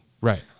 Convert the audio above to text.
Right